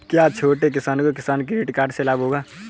क्या छोटे किसानों को किसान क्रेडिट कार्ड से लाभ होगा?